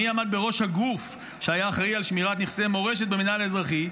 מי עמד בראש הגוף שהיה אחראי לשמירת נכסי מורשת במינהל האזרחי?